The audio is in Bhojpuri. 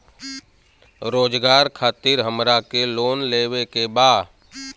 रोजगार खातीर हमरा के लोन लेवे के बा?